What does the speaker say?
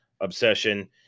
obsession